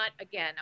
again